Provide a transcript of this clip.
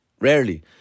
Rarely